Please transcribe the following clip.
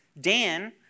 Dan